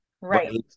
Right